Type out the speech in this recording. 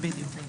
בדיוק.